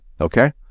Okay